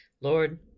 Lord